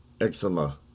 eczema